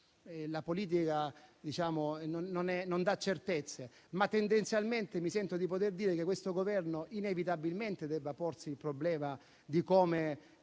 La politica non dà certezze, ma tendenzialmente sento di poter dire che questo Governo inevitabilmente debba porsi il problema di come